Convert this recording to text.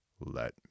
let